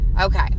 Okay